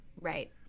Right